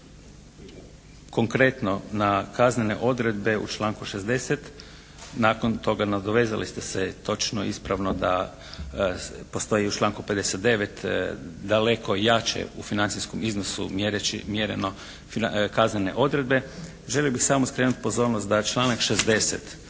konkretno na kaznene odredbe u članku 60. Nakon toga nadovezali ste se točno, ispravno da postoji u članku 59. daleko jače u financijskom iznosu mjereno kaznene odredbe. Želio bih samo skrenuti pozornost da članak 60.